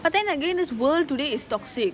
but then again this world today is toxic